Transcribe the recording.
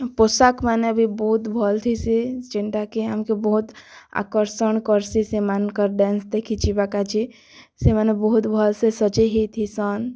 ପୋଷାକ୍ ମାନେ ବି ବହୁତ୍ ଭଲ୍ ଥିସି ଯେନ୍ଟାକି ଆମ୍କେ ବହୁତ୍ ଆକର୍ଷଣ କର୍ସି ସେମାନଙ୍କର୍ ଡେନ୍ସ୍ ଦେଖି ଯିବାର୍ କେ ଯେ ସେମାନେ ବହୁତ୍ ଭଲ୍ ସେ ସଜେଇ ହେଇଥିସନ୍